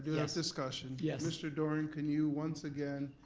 have discussion. yeah mr. doran can you, once again,